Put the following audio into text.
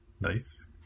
Nice